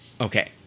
Okay